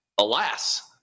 alas